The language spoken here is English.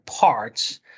parts